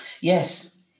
Yes